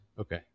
Okay